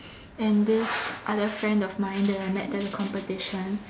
and this other friend of mine that I met at the competition